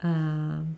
uh